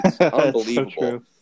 unbelievable